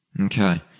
Okay